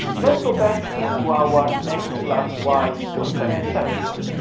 let's go back to our x plus y equals ten example,